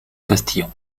castillan